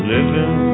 Living